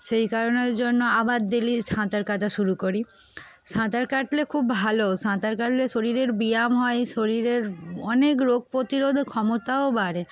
সেই কারণের জন্য আবার ডেইলি সাঁতার কাটা শুরু করি সাঁতার কাটলে খুব ভালো সাঁতার কাটলে শরীরের ব্যায়াম হয় শরীরের অনেক রোগ প্রতিরোধ ক্ষমতাও বাড়ে